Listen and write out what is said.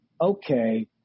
okay